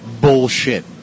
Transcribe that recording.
Bullshit